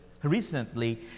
recently